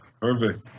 Perfect